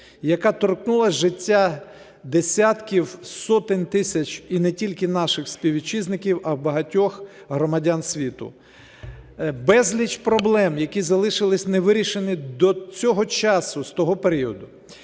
яка торкнулася життя десятків, сотень тисяч і не тільки наших співвітчизників, а багатьох громадян світу, безліч проблем, які залишилися не вирішені до цього часу з того періоду.